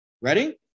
Ready